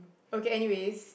okay anyways